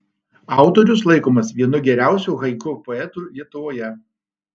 autorius laikomas vienu geriausiu haiku poetų lietuvoje